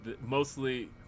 mostly